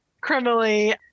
criminally